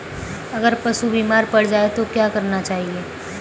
अगर पशु बीमार पड़ जाय तो क्या करना चाहिए?